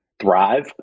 thrive